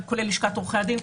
כולל לשכת עורכי הדין,